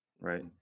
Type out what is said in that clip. right